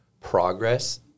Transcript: progress